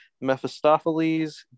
mephistopheles